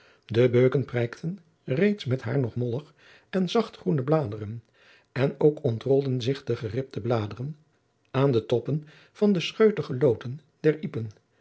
de beuken prijkten reeds met haar nog mollig en zacht groene bladeren en ook ontrolden zich de geribde bladeren aan de toppen van de scheutige loten der ijpen